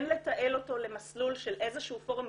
כן לתעל אותו למסלול של איזשהו פורום.